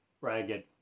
ragged